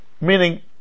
Meaning